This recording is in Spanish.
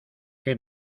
qué